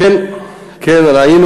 כן, כן, ראינו